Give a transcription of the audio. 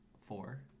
Four